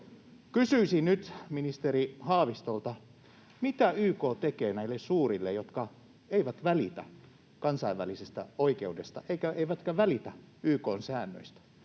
Kysyisin nyt ministeri Haavistolta: Mitä YK tekee näille suurille, jotka eivät välitä kansainvälisestä oikeudesta eivätkä välitä YK:n säännöistä?